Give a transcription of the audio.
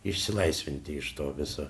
išsilaisvinti iš to viso